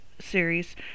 series